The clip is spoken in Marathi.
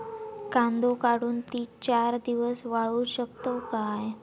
कांदो काढुन ती चार दिवस वाळऊ शकतव काय?